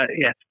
yes